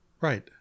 Right